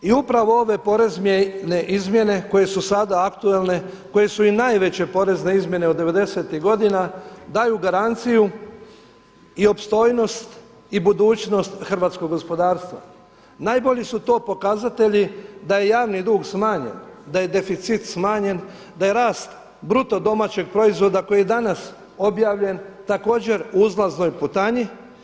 I upravo ove porezne izmjene koje su sada aktuelne koje su i najveće porezne izmjene od devedesetih godina, daju garanciju i opstojnost i budućnost hrvatskog gospodarstva. najbolji su to pokazatelji da je javni dug smanjen, da je deficit smanjen, da je rast BDP-a koji je danas objavljen također u uzlaznoj putanji.